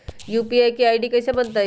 UPI के ID कैसे बनतई?